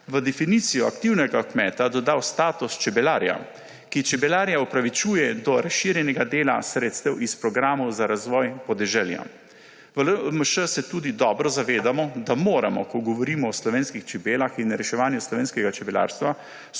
v definicijo aktivnega kmeta dodal status čebelarja, ki čebelarja opravičuje do razširjenega dela sredstev iz programov za razvoj podeželja. V LMŠ se tudi dobro zavedamo, da moramo, ko govorimo o slovenskih čebelah in reševanju slovenskega čebelarstva